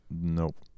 Nope